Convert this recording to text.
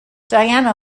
diana